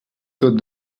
tot